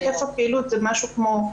היקף הפעילות זה משהו כמו,